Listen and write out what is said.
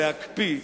להקפיא.